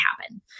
happen